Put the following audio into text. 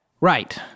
Right